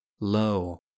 lo